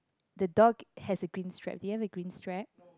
the dog has a green strap it has a green strap